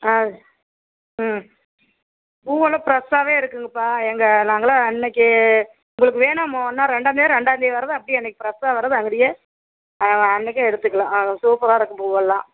ஆ ம் பூவெல்லாம் ஃப்ரெஸ்ஸாவே இருக்குங்கப்பா எங்கள் நாங்கள்லாம் அன்றைக்கி உங்களுக்கு வேணும் ஒன்னாம் ரெண்டாம்தேதி ரெண்டாம்தேதி வர்றதை அப்படியே அன்றைக்கி ஃப்ரெஸ்ஸாக வர்றதை அங்கடியே ஆ அன்றைக்கே எடுத்துக்கலாம் அது சூப்பராக இருக்கும் பூவெல்லாம்